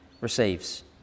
receives